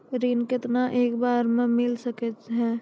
ऋण केतना एक बार मैं मिल सके हेय?